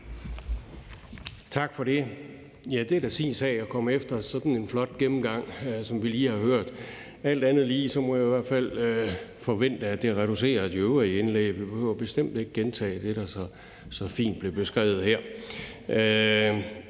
Tak for det. Ja, det er da sin sag at komme efter sådan en flot gennemgang, som vi lige har hørt. Alt andet lige må jeg jo i hvert fald forvente, at det reducerer de øvrige indlæg. Vi behøver bestemt ikke gentage det, der så fint blev beskrevet her.